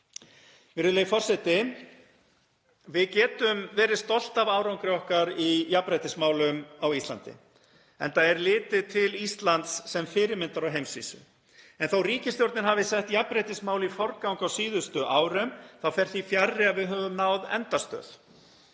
Virðulegi forseti. Við getum verið stolt af árangri okkar í jafnréttismálum á Íslandi, enda er litið til Íslands sem fyrirmyndar á heimsvísu. En þó að ríkisstjórnin hafi sett jafnréttismál í forgang á síðustu árum þá fer því fjarri að við höfum náð endastöð,